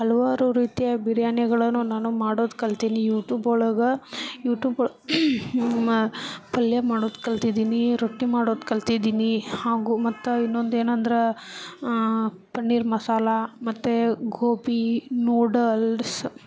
ಹಲವಾರು ರೀತಿಯ ಬಿರಿಯಾನಿಗಳನ್ನು ನಾನು ಮಾಡೋದು ಕಲಿತೀನಿ ಯೂಟೂಬ್ ಒಳಗೆ ಯೂಟೂಬ್ ಮ ಪಲ್ಯ ಮಾಡೋದು ಕಲ್ತಿದ್ದೀನಿ ರೊಟ್ಟಿ ಮಾಡೋದು ಕಲ್ತಿದ್ದೀನಿ ಹಾಗೂ ಮತ್ತು ಇನ್ನೊಂದು ಏನೆಂದ್ರೆ ಪನ್ನೀರ್ ಮಸಾಲೆ ಮತ್ತೆ ಗೋಬಿ ನೂಡಲ್ಸ್